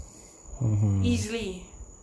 easily